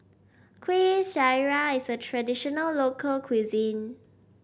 Kueh Syara is a traditional local cuisine